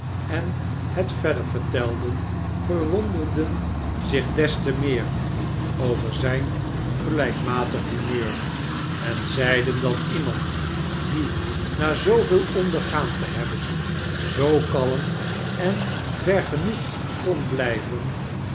en het verder vertelden verwonderden zich des te meer over zijn gelijkmatig humeur en zeiden dat iemand die na zooveel ondergaan te hebben zoo kalm en vergenoegd kon blijven